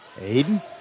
Aiden